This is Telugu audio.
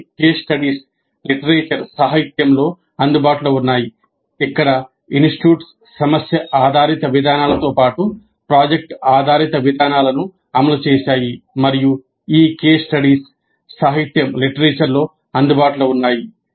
కొన్ని కేస్ స్టడీస్ సాహిత్యంలో అందుబాటులో ఉన్నాయి ఇక్కడ ఇన్స్టిట్యూట్స్ సమస్య ఆధారిత విధానాలతో పాటు ప్రాజెక్ట్ ఆధారిత విధానాలను అమలు చేశాయి మరియు ఈ కేస్ స్టడీస్ సాహిత్యంలో అందుబాటులో ఉన్నాయి